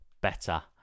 better